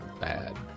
bad